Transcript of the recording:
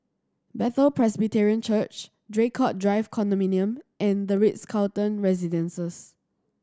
Bethel Presbyterian Church Draycott Drive Condominium and The Ritz Carlton Residences